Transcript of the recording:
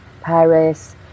Paris